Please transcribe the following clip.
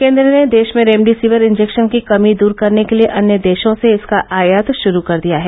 केन्द्र ने देश में रेमडेसिविर इंजेक्शन की कमी दूर करने के लिए अन्य देशों से इसका आयात शुरू कर दिया है